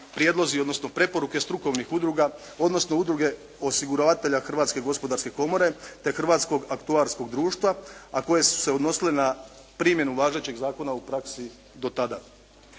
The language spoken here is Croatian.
prijedlozi odnosno preporuke strukovnih udruga odnosno udruge osiguravatelja Hrvatske gospodarske komore, te Hrvatskog aktularskog društva, a koje su se odnosile ne primjenu važećeg zakona u praksi do tada.